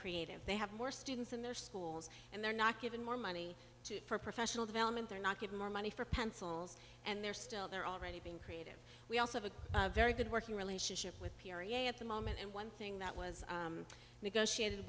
creative they have more students in their schools and they're not given more money to for professional development they're not getting more money for pencils and they're still they're already being creative we also have a very good working relationship with period at the moment and one thing that was negotiated